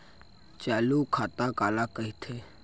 चालू खाता काला कहिथे?